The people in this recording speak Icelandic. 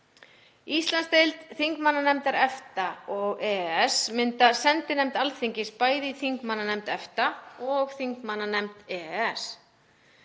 Íslandsdeild þingmannanefnda EFTA og EES myndar sendinefnd Alþingis bæði í þingmannanefnd EFTA og þingmannanefnd EES.